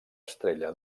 estrella